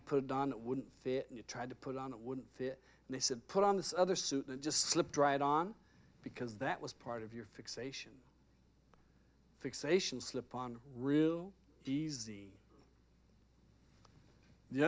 to put it on it wouldn't fit and you tried to put on it wouldn't fit and they said put on this other suit that just slipped dried on because that was part of your fixation fixation slip on real easy the